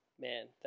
man